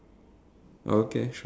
you I guess